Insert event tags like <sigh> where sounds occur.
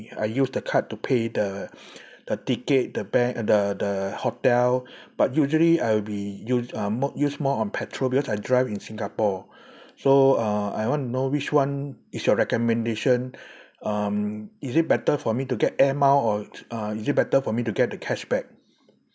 I use the card to pay the <breath> the ticket the ba~ the the hotel but usually I'll be use uh use more on petrol because I drive in singapore <breath> so uh I want to know which one is your recommendation um is it better for me to get air mile or uh is it better for me to get the cashback